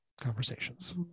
conversations